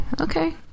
okay